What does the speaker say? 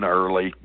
early